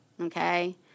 Okay